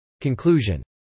Conclusion